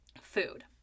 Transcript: food